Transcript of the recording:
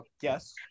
Yes